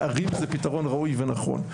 לערים זה פתרון ראוי ונכון.